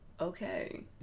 Okay